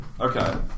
Okay